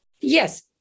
yes